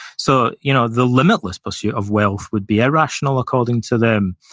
so, you know the limitless pursuit of wealth would be irrational according to them.